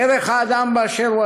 ערך האדם באשר הוא,